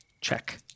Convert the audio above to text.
check